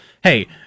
Hey